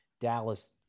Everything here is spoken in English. Dallas